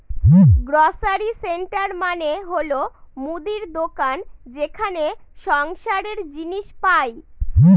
grocery store মানে হল মুদির দোকান যেখানে সংসারের জিনিস পাই